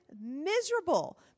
miserable